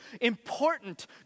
important